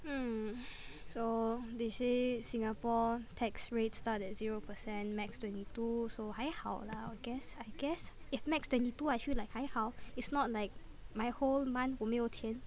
hmm so they say Singapore tax rate start at zero percent max twenty two so 还好啦 I guess I guess if max twenty two I feel like 还好 if not like my whole month 我没有钱